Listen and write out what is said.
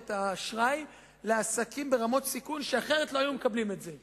ואת האשראי לעסקים ברמות סיכון שאחרת לא היו מקבלים את זה.